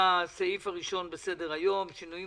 לסעיף הראשון בסדר-היום: שינויים